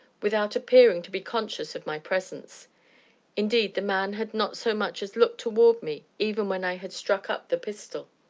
without appearing to be conscious of my presence indeed, the man had not so much as looked toward me even when i had struck up the pistol.